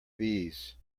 bees